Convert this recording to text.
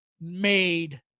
made